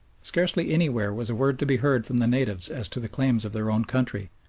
scarcely anywhere was a word to be heard from the natives as to the claims of their own country,